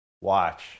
Watch